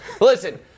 Listen